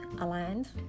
Alliance